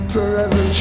Forever